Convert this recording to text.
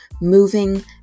moving